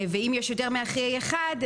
ואם יש יותר מאחראי אחד,